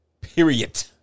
Period